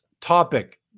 topic